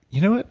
you know what?